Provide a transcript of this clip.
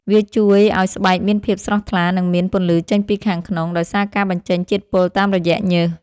វាជួយឱ្យស្បែកមានភាពស្រស់ថ្លា និងមានពន្លឺចេញពីខាងក្នុង ដោយសារការបញ្ចេញជាតិពុលតាមរយៈញើស។